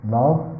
love